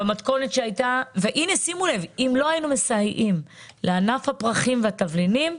אם לא היינו מסייעים לענף הפרחים והתבלינים,